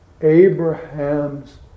Abraham's